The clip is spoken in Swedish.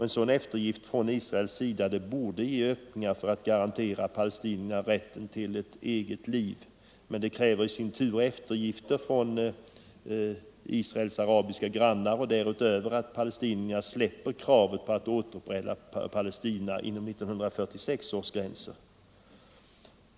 En sådan eftergift från Israels sida borde ge öppningar för att garantera palestinierna rätten till ett eget liv, men det kräver i sin tur eftergifter från Israels arabiska grannar och därutöver att palestinierna släpper kravet på ett återupprättat Palestina inom 1946 års gränser.